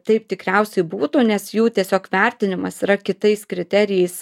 taip tikriausiai būtų nes jų tiesiog vertinimas yra kitais kriterijais